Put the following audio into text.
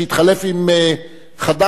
שהתחלף עם חד"ש,